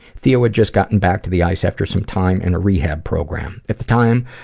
theo had just gotten back to the ice after some time in a rehab program. at the time,